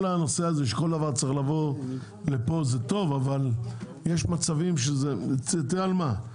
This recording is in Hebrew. כל הנושא שכל דבר צריך לבוא לפה זה טוב אבל יש מצבים תראה על מה.